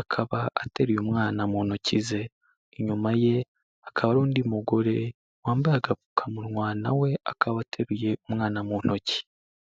akaba ateruye umwana mu ntoki ze, inyuma ye hakaba hari undi mugore wambaye agapfukamunwa nawe we akaba ateruye umwana mu ntoki.